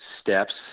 steps